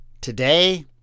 Today